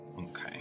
Okay